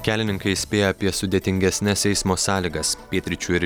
kelininkai įspėja apie sudėtingesnes eismo sąlygas pietryčių ir